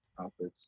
outfits